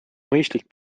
mõistlik